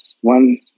one